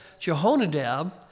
Jehonadab